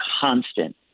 constant